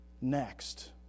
Next